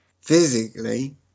Physically